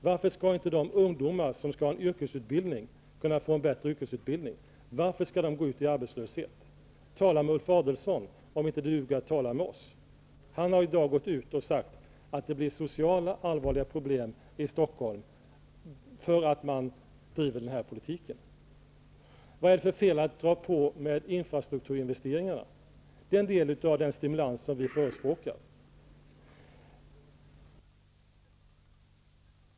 Varför skall inte de ungdomar som skall ha en yrkesutbildning kunna få en bättre sådan? Varför skall de gå ut i arbetslöshet? Tala med Ulf Adelsohn om det inte duger att tala med oss! Han har i dag gått ut och sagt att det blir allvarliga sociala problem i Stockholm när man driver den här politiken. Vad är det för fel att dra på med infrastukturinvesteringarna? Det är en del av den stimulans som vi förespråkar.